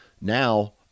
Now